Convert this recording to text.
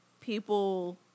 people